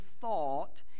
thought